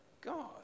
God